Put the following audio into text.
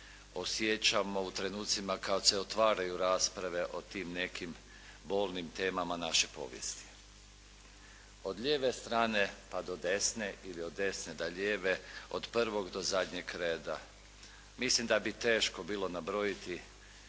osjećamo u trenucima kada se otvaraju rasprave o tim nekim bolnim temama naše povijesti. Od lijeve strane pa do desne ili od desne do lijeve, od prvog do zadnjeg reda. Mislim da bi teško bilo nabrojiti